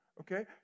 okay